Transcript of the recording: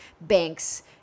banks